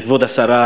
כבוד השרה,